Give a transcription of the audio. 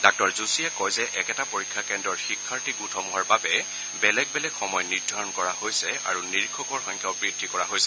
ডাঃ যোশীয়ে কয় যে একেটা পৰীক্ষা কেন্দ্ৰৰ শিক্ষাৰ্থী গোট সমূহৰ বাবে বেলেগ বেলেগ সময় নিৰ্ধাৰণ কৰা হৈছে আৰু নিৰীক্ষকৰ সংখ্যাও বুদ্ধি কৰা হৈছে